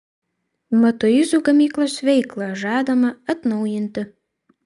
matuizų gamyklos veiklą žadama atnaujinti